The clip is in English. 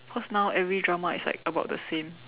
cause now every drama is like about the same